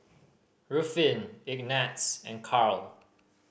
Ruffin Ignatz and Karl